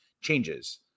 changes